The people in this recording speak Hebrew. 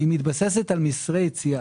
היא מתבססת על מסרי יציאה.